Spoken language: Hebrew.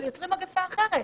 אבל יוצרים מגפה אחרת.